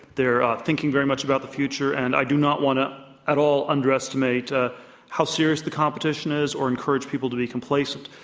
they're thinking very much about the future. and i do not want to at all underestimate ah how serious the competition is or to encourage people to be complacent.